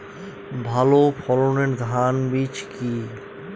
ভালো ফলনের ধান বীজ কি?